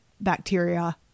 bacteria